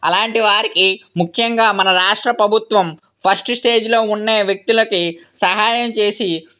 అలాంటి వారికి ముఖ్యంగా మన రాష్ట్ర ప్రభుత్వం ఫస్ట్ స్టేజ్లో ఉన్న వ్యక్తులకి సహాయం చేసి